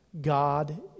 God